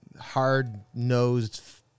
hard-nosed